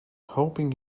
hoping